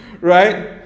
right